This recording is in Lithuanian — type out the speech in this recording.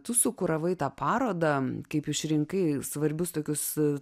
tu sukuravai tą parodą kaip išrinkai svarbius tokius